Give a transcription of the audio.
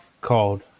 called